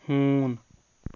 ہوٗن